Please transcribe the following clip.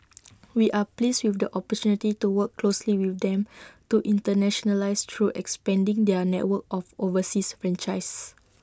we are pleased with the opportunity to work closely with them to internationalise through expanding their network of overseas franchisees